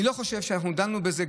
אני לא חושב שאנחנו דנו בזה,